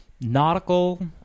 nautical